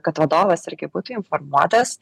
kad vadovas irgi būtų informuotas